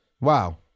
Wow